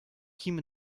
kim